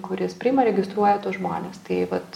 kuris priima registruoja tuos žmones tai vat